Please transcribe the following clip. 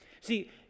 See